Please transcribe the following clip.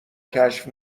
کشف